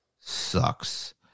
sucks